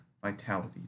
vitality